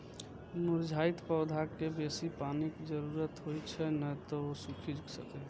मुरझाइत पौधाकें बेसी पानिक जरूरत होइ छै, नै तं ओ सूखि सकैए